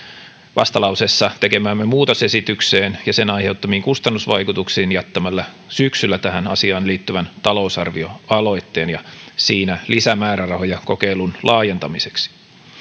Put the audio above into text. vastalauseessa tekemäämme muutosesitykseen ja sen aiheuttamiin kustannusvaikutuksiin jättämällä syksyllä tähän asiaan liittyvän talousarvioaloitteen ja siinä lisämäärärahoja kokeilun laajentamiseksi